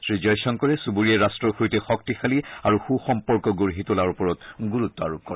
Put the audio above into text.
শ্ৰী জয়শংকৰে চুবুৰীয়া ৰাট্টৰ সৈতে শক্তিশালী আৰু সু সম্পৰ্ক গঢ়ি তোলাৰ ওপৰত গুৰুত্ব আৰোপ কৰে